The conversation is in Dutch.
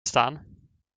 staan